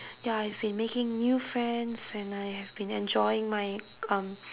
ya I've been making new friends and I have been enjoying my